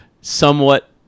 somewhat